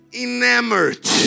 enamored